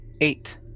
Eight